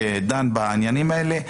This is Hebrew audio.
השופט שדן בעניינים האלה,